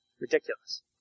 Ridiculous